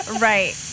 Right